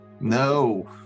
No